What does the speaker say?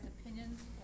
opinions